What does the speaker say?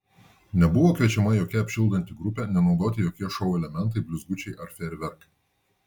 nebuvo kviečiama jokia apšildanti grupė nenaudoti jokie šou elementai blizgučiai ar fejerverkai